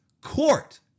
court